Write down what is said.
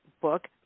book